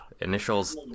Initials